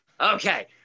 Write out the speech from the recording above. Okay